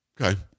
Okay